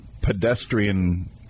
pedestrian